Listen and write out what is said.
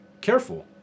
careful